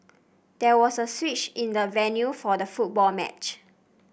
there was a switch in the venue for the football match